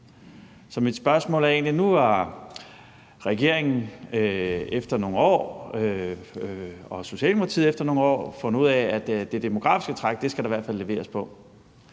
til mit spørgsmål handler egentlig om, at nu har regeringen og Socialdemokratiet efter nogle år fundet ud af, at det demografiske træk skal der i hvert fald leveres på,